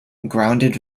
grounded